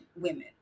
women